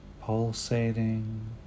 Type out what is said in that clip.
Pulsating